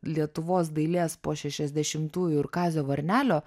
lietuvos dailės po šešiasdešimtųjų ir kazio varnelio